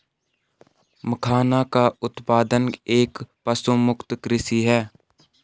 मखाना का उत्पादन एक पशुमुक्त कृषि है